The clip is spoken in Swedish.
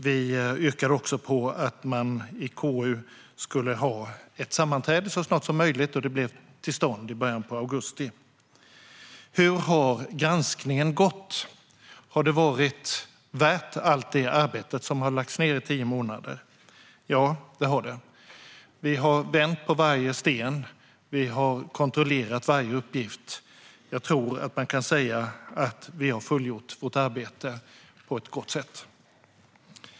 Vi yrkade också på att man så snart som möjligt skulle ha ett sammanträde i KU, vilket kom till stånd i början av augusti. Hur har granskningen gått? Har det varit värt allt det arbete som har lagts ned under tio månader? Ja, det har det. Vi har vänt på varje sten. Vi har kontrollerat varje uppgift. Jag tror att man kan säga att vi har fullgjort vårt arbete på ett gott sätt.